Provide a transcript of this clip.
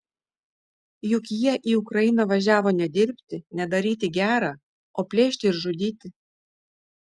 juk jie į ukrainą važiavo ne dirbti ne daryti gera o plėšti ir žudyti